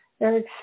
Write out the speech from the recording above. Eric